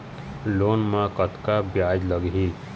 Loan म कतका ब्याज लगही?